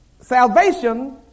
salvation